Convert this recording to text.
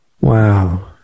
Wow